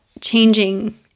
changing